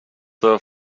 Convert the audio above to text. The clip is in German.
vom